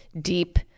deep